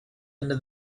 into